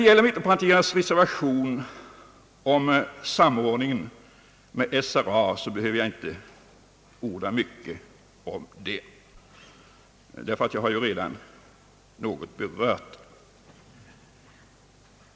Om mittenpartiernas reservation angående samordningen med SRA behöver jag inte orda mycket; jag har redan något berört den.